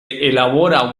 elabora